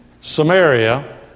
Samaria